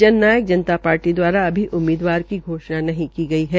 जन नायक जनता शार्टी दवारा अभी उम्मीदवार की घोषणा नहीं की गई है